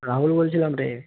রাহুল বলছিলাম রে